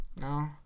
no